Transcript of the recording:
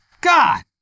God